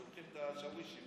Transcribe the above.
הם שולחים את השאווישים.